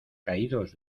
caídos